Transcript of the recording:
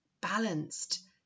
balanced